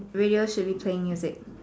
radio should be playing music